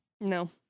No